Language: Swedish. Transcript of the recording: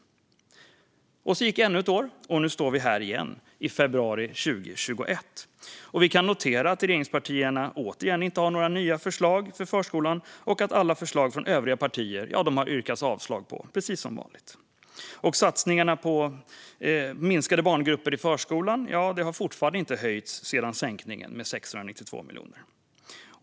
Så gick ännu ett år, och nu står vi här igen i februari 2021. Vi kan notera att regeringspartierna inte heller nu har några nya förslag för förskolan och att det precis som vanligt har yrkats avslag på alla förslag från övriga partier. När det gäller satsningarna på minskade barngrupper i förskolan har anslaget fortfarande inte höjts sedan sänkningen med 692 miljoner.